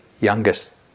youngest